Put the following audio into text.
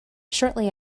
shortly